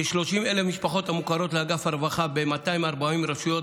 כ-30,000 משפחות המוכרות לאגף הרווחה ב-240 רשויות